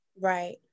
Right